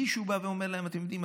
מישהו בא ואומר להם: אתם יודעים,